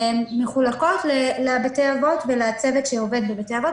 מחולקות לבתי האבות ולצוות שעובד בבתי האבות,